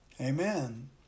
amen